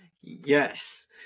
Yes